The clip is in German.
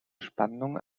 spannung